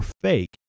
fake